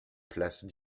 place